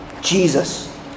Jesus